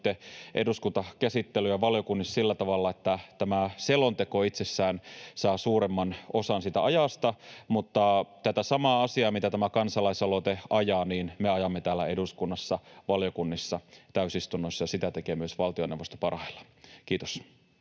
eduskuntakäsittelyä valiokunnissa sillä tavalla, että tämä selonteko itsessään saa suuremman osan siitä ajasta, mutta tätä samaa asiaa, mitä tämä kansalaisaloite ajaa, me ajamme täällä eduskunnassa valiokunnissa ja täysistunnossa, ja sitä tekee myös valtioneuvosto parhaillaan. — Kiitos.